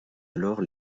alors